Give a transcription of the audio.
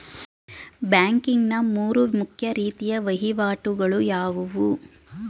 Banking ನ ಮೂರು ಮುಖ್ಯ ರೀತಿಯ ವಹಿವಾಟುಗಳು ಯಾವುವು?